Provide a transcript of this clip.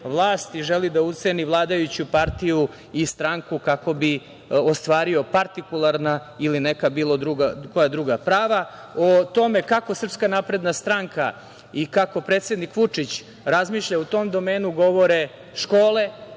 i želi da uceni vladajuću partiju i stranku, kako bi ostvario partikularna ili neka bilo koja druga prava.O tome kako SNS i kako predsednik Vučić razmišlja u tom domenu govore škole,